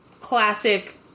classic